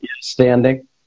Standing